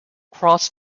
cross